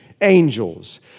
angels